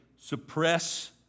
suppress